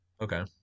okay